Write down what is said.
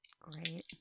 great